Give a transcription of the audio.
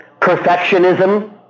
perfectionism